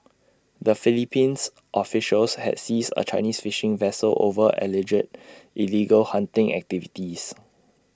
the Philippines officials had seized A Chinese fishing vessel over alleged illegal hunting activities